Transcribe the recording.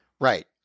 Right